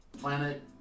planet